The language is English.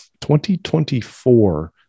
2024